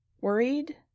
worried